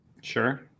Sure